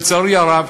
לצערי הרב,